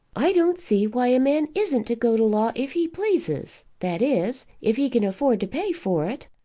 i don't see why a man isn't to go to law if he pleases that is, if he can afford to pay for it.